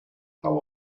how